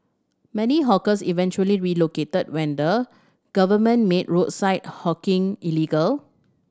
many hawkers eventually relocated when the government made roadside hawking illegal